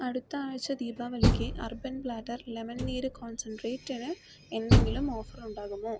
അടുത്ത ആഴ്ച ദീപാവലിക്ക് അർബൻ പ്ലാറ്റർ ലെമൺ നീര് കോൺസെൻട്രേറ്റിന് എന്തെങ്കിലും ഓഫർ ഉണ്ടാകുമോ